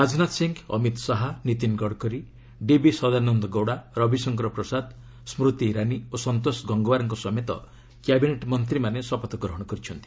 ରାଜନାଥ ସିଂହ ଅମିତ ଶାହା ନୀତିନ ଗଡ଼କରୀ ଡିବି ସଦାନନ୍ଦ ଗୌଡ଼ା ରବିଶଙ୍କର ପ୍ରସାଦ ସ୍କୃତି ଇରାନୀ ଓ ସନ୍ତୋଷ ଗଙ୍ଗୱାର୍ଙ୍କ ସମେତ କ୍ୟାବିନେଟ୍ ମନ୍ତ୍ରୀମାନେ ଶପଥଗ୍ରହଣ କରିଛନ୍ତି